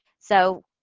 so,